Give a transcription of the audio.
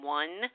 one